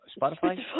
Spotify